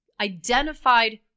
identified